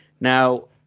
Now